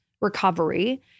recovery